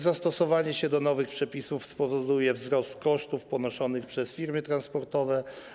Zastosowanie się do nowych przepisów spowoduje wzrost kosztów ponoszonych przez firmy transportowe.